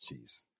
Jeez